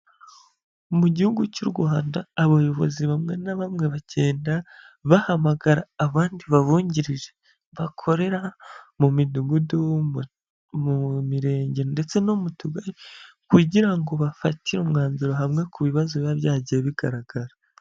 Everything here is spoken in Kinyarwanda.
Mu gihugu cy'u Rwanda abayobozi bamwe na bamwe bagenda bahamagara abandi babungirije, bakorera mu midugudu, mu mirenge ndetse no mu tugari kugira ngo bafatire umwanzuro hamwe ku bibazo biba byagiye bigaragara.